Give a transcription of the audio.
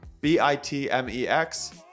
B-I-T-M-E-X